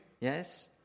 Yes